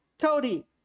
Cody